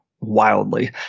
wildly